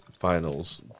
finals